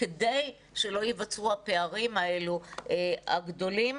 כדי שלא ייווצרו הפערים האלה הגדולים.